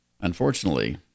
Unfortunately